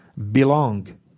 belong